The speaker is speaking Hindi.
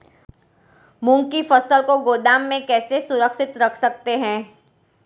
मूंग की फसल को गोदाम में कैसे सुरक्षित रख सकते हैं?